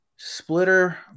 splitter